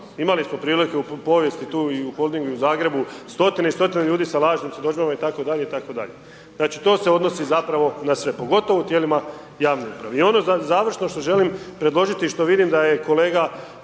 imali smo prilike i u povijesti tu i u Holdingu i u Zagrebu sa lažnim svjedodžba itd., itd., znači to se odnosi zapravo na sve pogotovo u tijelima javne uprave. I ono završno što želim predložiti i što vidim da je kolega